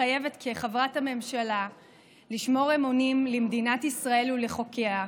מתחייבת כחברת הממשלה לשמור אמונים למדינת ישראל ולחוקיה,